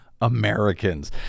Americans